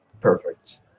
Perfect